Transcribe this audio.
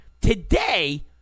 today